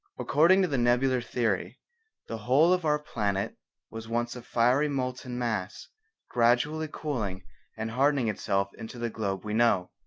according to the nebular theory the whole of our planet was once a fiery molten mass gradually cooling and hardening itself into the globe we know.